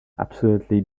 absolutely